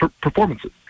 performances